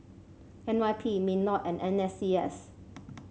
N Y P Minlaw and N S C S